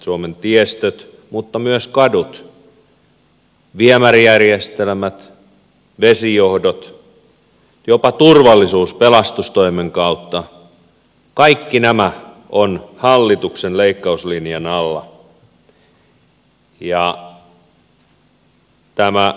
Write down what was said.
suomen tiestöt mutta myös kadut viemärijärjestelmät vesijohdot jopa turvallisuus pelastustoimen kautta kaikki nämä ovat hallituksen leikkauslinjan alla